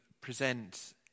present